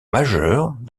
majeurs